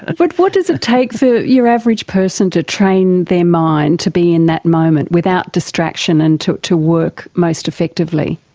ah but what does it take for your average person to train their mind, to be in that moment without distraction and to to work most effectively?